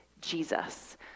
Jesus